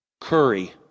Curry